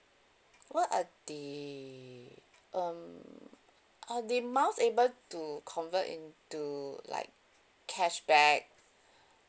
what are the um are the miles able to convert into like cashback